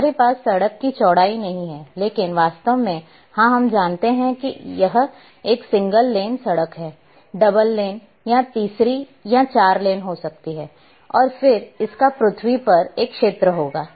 हमारे पास सड़क की चौड़ाई नहीं है लेकिन वास्तव में हाँ हम जानते हैं कि एक सड़क सिंगल लेन डबल लेन तीसरी या चार लेन हो सकती है और फिर इसका पृथ्वी पर एक क्षेत्र होगा